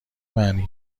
معنی